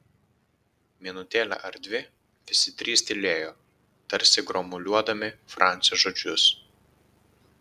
minutėlę ar dvi visi trys tylėjo tarsi gromuliuodami francio žodžius